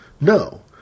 No